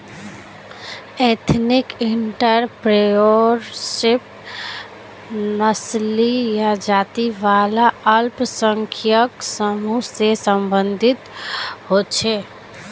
ethnic entrepreneurship नस्ली या जाती वाला अल्पसंख्यक समूह से सम्बंधित होछे